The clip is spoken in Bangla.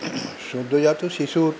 সদ্যোজাত শিশুর